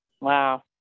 Wow